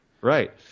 right